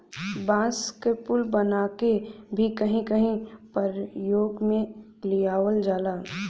बांस क पुल बनाके भी कहीं कहीं परयोग में लियावल जाला